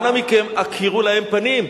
אנא מכם, הכירו להם פנים.